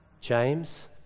James